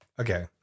Okay